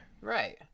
Right